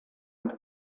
into